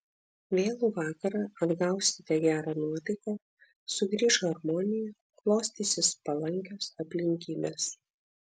vėlų vakarą atgausite gerą nuotaiką sugrįš harmonija klostysis palankios aplinkybės